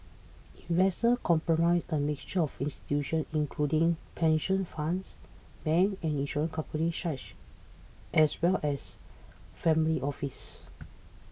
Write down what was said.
investors comprise a mixture of institutions including pension funds banks and insurance company as well as family offices